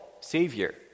Savior